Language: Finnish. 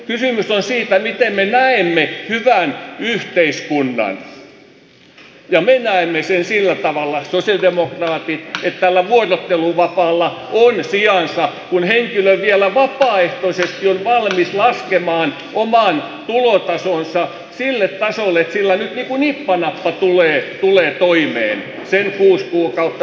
kysymys on siitä miten me näemme hyvän yhteiskunnan ja me sosialidemokraatit näemme sen sillä tavalla että tällä vuorotteluvapaalla on sijansa kun henkilö vielä vapaaehtoisesti on valmis laskemaan oman tulotasonsa sille tasolle että sillä nyt niin kuin nippanappa tulee toimeen sen kuusi kuukautta tai mikä se aika sitten onkaan